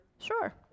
Sure